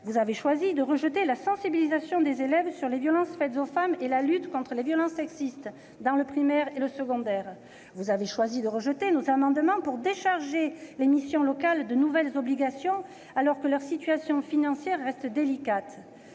également choisi de rejeter la sensibilisation des élèves aux violences faites aux femmes et la lutte contre les violences sexistes, dans le primaire et le secondaire. Vous avez de même choisi de rejeter nos amendements visant à décharger les missions locales de nouvelles obligations, alors que leur situation financière reste délicate.